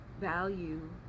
value